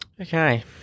Okay